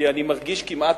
כי אני מרגיש כמעט,